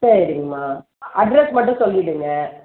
சரிங்கம்மா அட்ரஸ் மட்டும் சொல்லிவிடுங்க